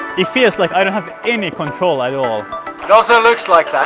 it feels like i don't have any control at all it also looks like